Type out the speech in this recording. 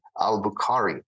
Al-Bukhari